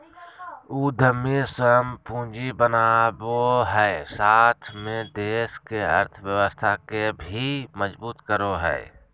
उद्यमी स्वयं पूंजी बनावो हइ साथ में देश के अर्थव्यवस्था के भी मजबूत करो हइ